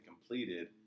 completed